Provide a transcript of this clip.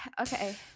Okay